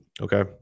okay